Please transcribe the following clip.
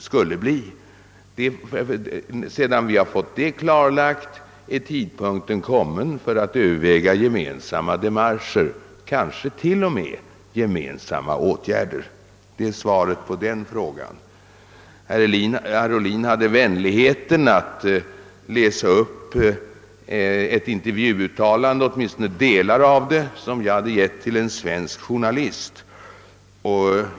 Sedan vi har fått det klarlagt, är tidpunken kommen för att överväga gemensamma demarcher, kanske t.o.m. gemensamma åtgärder. Det är mitt svar på den frågan. Herr Ohlin hade vänligheten att läsa upp delar av ett intervjuuttalande av mig till en svensk journalist.